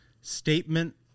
Statement